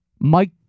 Mike